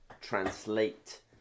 translate